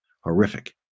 horrific